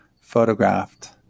photographed